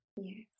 yes